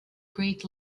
great